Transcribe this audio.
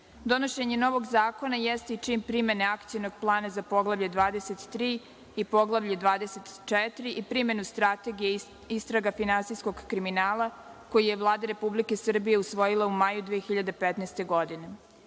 Donošenje novog zakona, jeste i čin primene Akcionog plana za Poglavlje 23. i Poglavlje 24, i primenu Strategije - istraga finansijskog kriminala, koji je Vlada Republike Srbije usvojila u maju 2015. godine. Novi